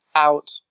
out